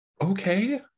Okay